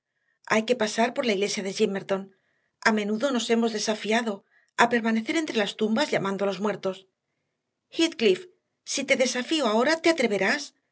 hay que pasar por la iglesia de gimmerton a menudo nos hemos desafiado a permanecer entre las tumbas llamando a los muertos heathcliff si te desafío ahora te atreverás